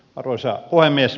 arvoisa puhemies